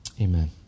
Amen